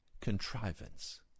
contrivance